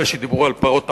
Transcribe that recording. אלה שדיברו על פרות הבשן,